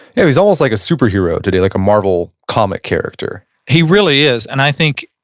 it was almost like a superhero to do like a marvel comic character he really is. and i think,